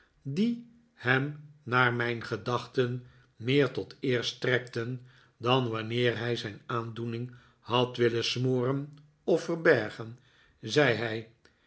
die hem naar mijn gedachten meer tot eer strekten dan wanneer hij zijn aandoening had willen smoren of verbergen zei hij